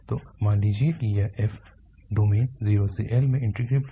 तो मान लीजिए कि यह f डोमेन 0L में इंटीग्रेबल है